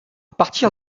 partir